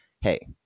hey